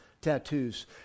tattoos